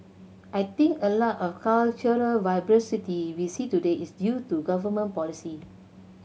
I think a lot of cultural vibrancy we see today is due to government policy